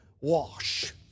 wash